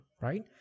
right